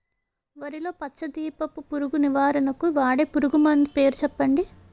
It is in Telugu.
వరిలో పచ్చ దీపపు పురుగు నివారణకు వాడే పురుగుమందు పేరు చెప్పండి?